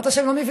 אתה יודע מה?